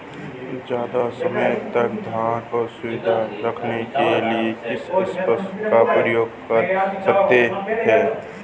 ज़्यादा समय तक धान को सुरक्षित रखने के लिए किस स्प्रे का प्रयोग कर सकते हैं?